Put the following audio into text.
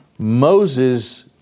Moses